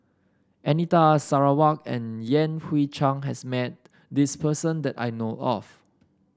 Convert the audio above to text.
Anita Sarawak and Yan Hui Chang has met this person that I know of